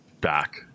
back